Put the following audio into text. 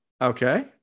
okay